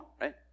right